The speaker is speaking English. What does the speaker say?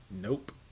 Nope